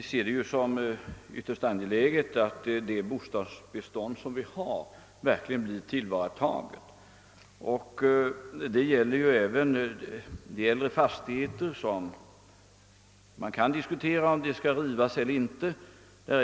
Herr talman! Det är ytterst angeläget att det bostadsbestånd som finns verkligen blir utnyttjat, och detta gäller även de fastigheter beträffande vilka det kan diskuteras om de skall rivas eller inte.